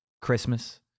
Christmas